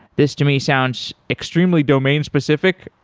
this to me sounds extremely domain-specific,